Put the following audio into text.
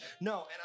No